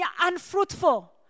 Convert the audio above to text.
unfruitful